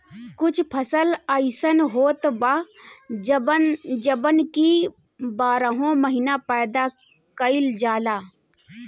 कुछ फसल अइसन होत बा जवन की बारहो महिना पैदा कईल जाला